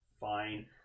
fine